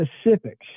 specifics